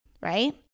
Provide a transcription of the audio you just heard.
Right